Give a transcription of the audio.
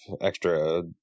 extra